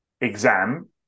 exam